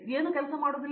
ಏನು ಕೆಲಸ ಮಾಡುವುದಿಲ್ಲ